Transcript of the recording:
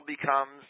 becomes